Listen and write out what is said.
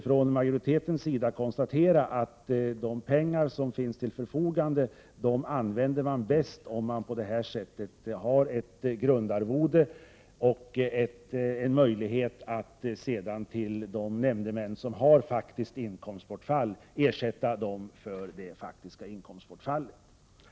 Utskottsmajoriteten måste emellertid konstatera att de pengar som finns till förfogande bäst används om det finns ett grundarvode och möjlighet att till de nämndemän som faktiskt får ett inkomstbortfall ge en ersättning för detta.